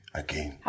again